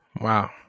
wow